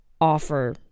offer